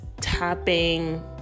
tapping